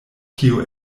kio